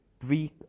tweak